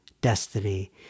destiny